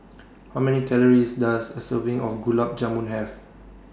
How Many Calories Does A Serving of Gulab Jamun Have